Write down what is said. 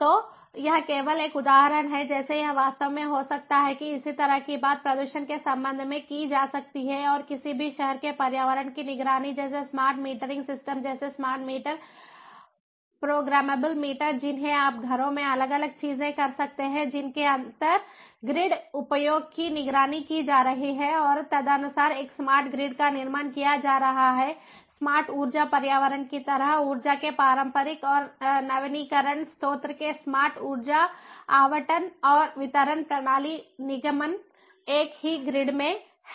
तो यह केवल एक उदाहरण है जैसे यह वास्तव में हो सकता है इसी तरह की बात प्रदूषण के संबंध में की जा सकती है और किसी भी शहर में पर्यावरण की निगरानी जैसे स्मार्ट मीटरिंग सिस्टम जैसे स्मार्ट मीटर प्रोग्रामेबल मीटर जिन्हें अपने घरों में अलग अलग चीजें कर सकते हैं जिनकी अंतर ग्रिड उपयोग की निगरानी की जा रही है और तदनुसार एक स्मार्ट ग्रिड का निर्माण किया जा रहा है स्मार्ट ऊर्जा पर्यावरण की तरह ऊर्जा के पारंपरिक और नवीकरणीय स्रोत के स्मार्ट ऊर्जा आवंटन और वितरण प्रणाली निगमन एक ही ग्रिड में है